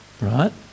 Right